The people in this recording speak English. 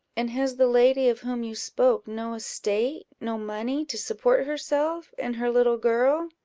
and has the lady of whom you spoke no estate, no money, to support herself and her little girl?